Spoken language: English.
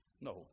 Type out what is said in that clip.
No